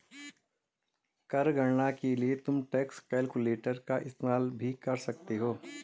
कर गणना के लिए तुम टैक्स कैलकुलेटर का इस्तेमाल भी कर सकते हो